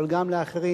אבל גם לאחרים,